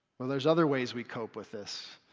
well, there's other ways we cope with this.